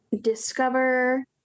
discover